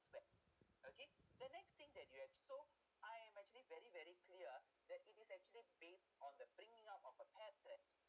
where okay the next thing that you have so I am actually very very clear that it is actually based on the bringing out of a parent